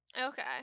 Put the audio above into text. Okay